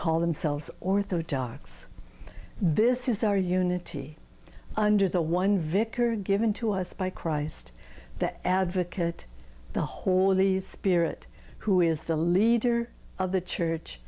call themselves orthodox this is our unity under the one vicar given to us by christ that advocate the whole of these spirit who is the leader of the church